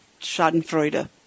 schadenfreude